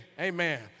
Amen